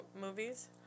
movies